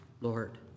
Lord